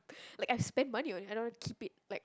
like I've spent money on it I don't want to keep it like